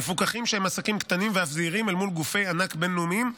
מפוקחים שהם עסקים קטנים ואף זעירים מול גופי ענק בין-לאומיים,